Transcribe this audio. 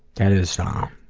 that is um.